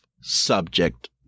subject